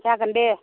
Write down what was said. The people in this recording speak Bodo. जागोन दे